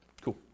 Cool